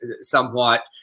somewhat